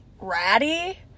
ratty